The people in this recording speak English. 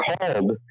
called